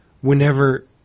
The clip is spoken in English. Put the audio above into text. whenever